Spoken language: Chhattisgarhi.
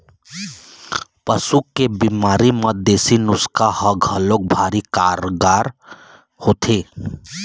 पशु के बिमारी म देसी नुक्सा ह घलोक भारी कारगार होथे